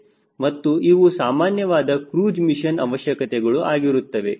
ಮತ್ತು ಇವು ಸಾಮಾನ್ಯವಾದ ಕ್ರೂಜ್ ಮಿಷನ್ ಅವಶ್ಯಕತೆಗಳು ಆಗಿರುತ್ತವೆ